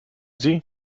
sie